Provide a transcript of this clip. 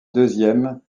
deuxième